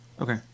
Okay